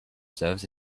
service